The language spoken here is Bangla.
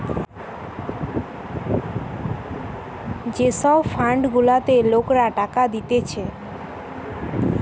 যে সব ফান্ড গুলাতে লোকরা টাকা দিতেছে